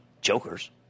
jokers